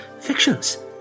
fictions